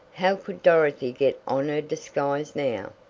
how could dorothy get on her disguise now?